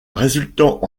résultant